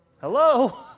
Hello